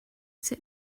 sit